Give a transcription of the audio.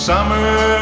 Summer